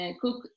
cook